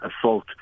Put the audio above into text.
assault